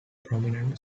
prominent